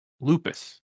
lupus